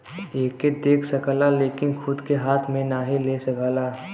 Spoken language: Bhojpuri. एके देख सकला लेकिन खूद के हाथ मे नाही ले सकला